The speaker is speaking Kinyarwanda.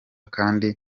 kandi